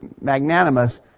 magnanimous